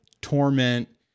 torment